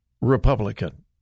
Republican